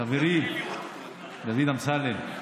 חברי דוד אמסלם,